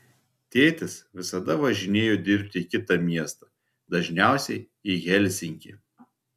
tėtis visada važinėjo dirbti į kitą miestą dažniausiai į helsinkį